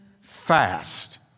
fast